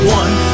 one